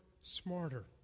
smarter